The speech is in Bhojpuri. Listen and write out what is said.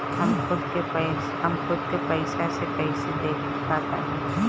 हम खुद से पइसा कईसे देखी खाता में?